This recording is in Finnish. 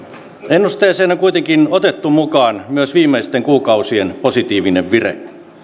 ennusteeseen on kuitenkin otettu mukaan myös viimeisten kuukausien positiivinen vire